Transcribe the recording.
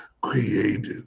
created